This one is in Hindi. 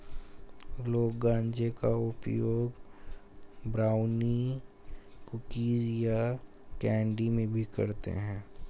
लोग गांजे का उपयोग ब्राउनी, कुकीज़ या कैंडी में भी करते है